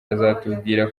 azatubwira